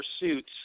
pursuits